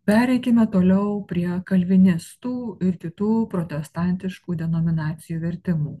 pereikime toliau prie kalvinistų ir kitų protestantiškų denominacijų vertimų